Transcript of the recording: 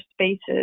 spaces